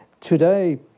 Today